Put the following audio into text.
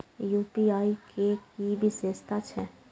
UPI के कि विषेशता छै?